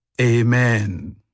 Amen